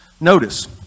Notice